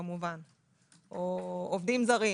או עובדים זרים.